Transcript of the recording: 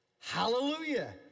Hallelujah